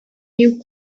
you